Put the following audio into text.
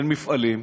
אין מפעלים,